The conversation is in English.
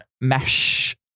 mesh